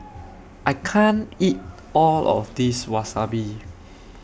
I can't eat All of This Wasabi